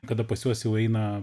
kada pas juos jau eina